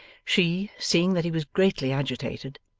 she, seeing that he was greatly agitated,